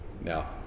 Now